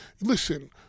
Listen